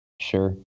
Sure